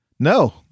No